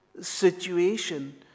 situation